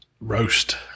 Roast